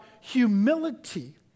humility